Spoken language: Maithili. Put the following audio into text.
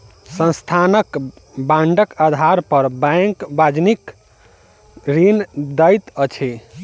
संस्थानक बांडक आधार पर बैंक वाणिज्यक ऋण दैत अछि